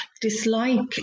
dislike